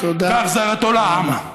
והחזרתו לעם,